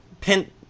Pin-